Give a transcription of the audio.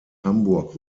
hamburg